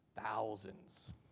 thousands